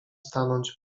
stanąć